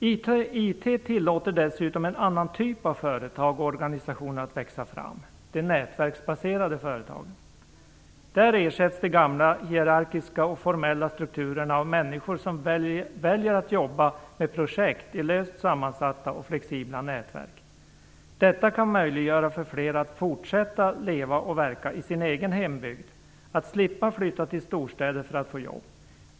IT tillåter dessutom en annan typ av företag och organisationer att växa fram - de nätverksbaserade företagen. Där ersätts de gamla, hierarkiska och formella strukturerna av människor som väljer att jobba med projekt i löst sammansatta och flexibla nätverk. Detta kan möjliggöra för fler människor att fortsätta leva och verka i sin egen hembygd, så att de slipper flytta till storstäderna för att få jobb.